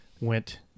went